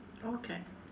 okay